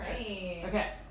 okay